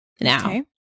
Now